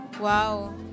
wow